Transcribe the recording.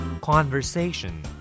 Conversation